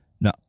Now